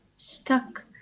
Stuck